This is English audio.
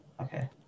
Okay